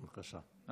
בבקשה.